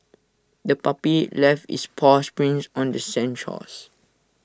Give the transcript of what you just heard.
the puppy left its paw prints on the sandy shores